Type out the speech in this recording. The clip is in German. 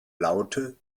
laute